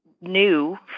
new